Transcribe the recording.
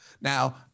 Now